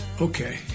Okay